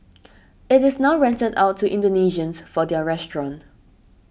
it is now rented out to Indonesians for their restaurant